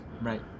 right